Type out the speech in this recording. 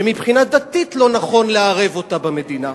שמבחינה דתית לא נכון לערב אותה במדינה.